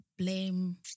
Blame